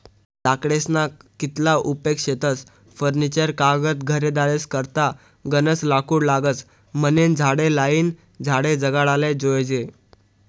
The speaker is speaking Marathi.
लाकडेस्ना कितला उपेग शेतस फर्निचर कागद घरेदारेस करता गनज लाकूड लागस म्हनीन झाडे लायीन झाडे जगाडाले जोयजे